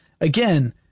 again